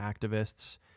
activists